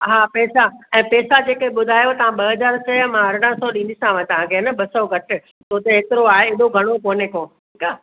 हा पैसा ऐं पैसा जेके ॿुधायव तव्हां ॿ हज़ार चया मां अरिड़हं सौ ॾींदीसांव तव्हांखे है न ॿ सौ घटि हुते एतिरो आहे एॾो घणो कोने को ठीकु आहे